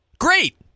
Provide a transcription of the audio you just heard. Great